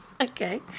Okay